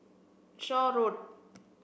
Shaw Road